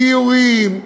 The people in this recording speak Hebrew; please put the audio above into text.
גיורים,